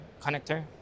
connector